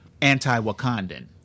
anti-Wakandan